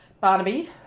Barnaby